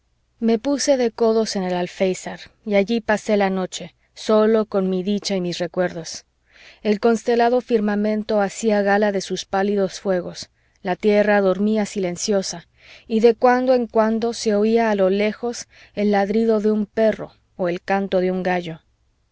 me puse de codos en el alféizar y allí pasé la noche solo con mi dicha y mis recuerdos el constelado firmamento hacía gala de sus pálidos fuegos la tierra dormía silenciosa y de cuando en cuando se oía a lo lejos el ladrido de un perro o el canto de un